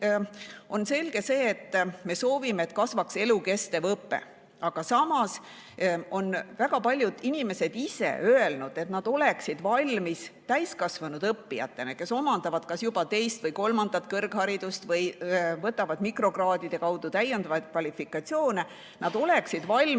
selge, et me soovime, et kasvaks elukestev õpe. Aga samas on väga paljud inimesed ise öelnud, et nad oleksid valmis täiskasvanud õppijatena, kes omandavad kas juba teist või kolmandat kõrgharidust või saavad mikrokraadide kaudu täiendavaid kvalifikatsioone, oma õppimise